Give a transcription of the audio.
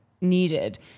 needed